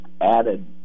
added